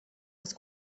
was